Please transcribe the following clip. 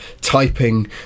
typing